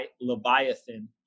Leviathan